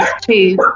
two